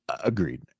Agreed